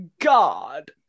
God